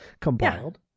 compiled